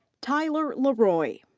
tyler le roy.